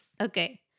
Okay